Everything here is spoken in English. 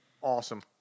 Awesome